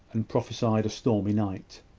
and prophesied a stormy night.